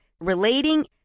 relating